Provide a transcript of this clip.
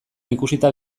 ikusita